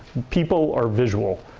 people are visual.